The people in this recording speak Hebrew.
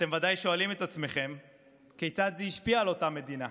אתם ודאי שואלים את עצמכם כיצד זה השפיע על אותה מדינה,